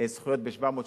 זכויות ב-700 שקלים.